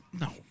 No